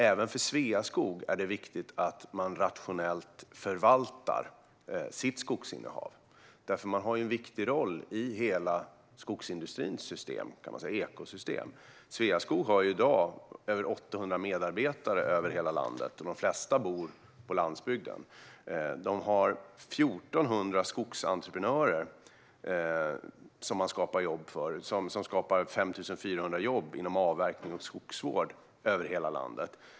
Även för Sveaskog är det viktigt att man rationellt förvaltar sitt skogsinnehav. Man har en viktig roll i hela skogsindustrins system och i ekosystemet. Sveaskog har i dag över 800 medarbetare över hela landet, och de flesta bor på landsbygden. De har 1 400 skogsentreprenörer som de skapar jobb för och som i sin tur skapar 5 400 jobb inom avverkning och skogsvård över hela landet.